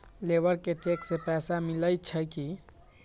Labour के cheque से पैसा मिलई छई कि?